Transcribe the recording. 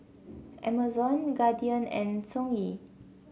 Amazon Guardian and Songhe